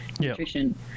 nutrition